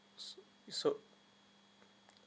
so so